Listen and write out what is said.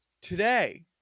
Today